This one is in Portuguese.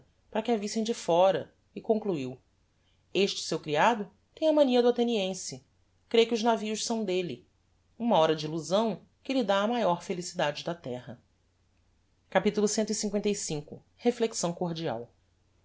para que a vissem de fóra e concluiu este seu criado tem a mania do atheniense crê que os navios são delle uma hora de illusão que lhe dá a maior felicidade da terra capitulo clv reflexão cordial